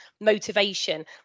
motivation